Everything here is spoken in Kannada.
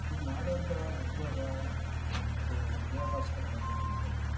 ನೀವು ಮಾಡುವಂಥ ಉದ್ಯೋಗ ಮತ್ತು ವಿದ್ಯಾಬಾಸ್ಕರ್ ಬಗ್ಗೆ ನಮ್ಗೆ ಹೇಳಿ